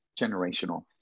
generational